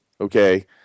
okay